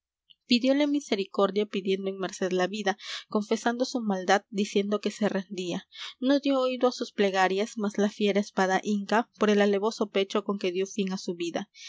pidióle misericordia pidiendo en merced la vida confesando su maldad diciendo que se rendía no dió oído á sus plegarias mas la fiera espada hinca por el alevoso pecho con que dió fin á su vida